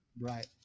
Right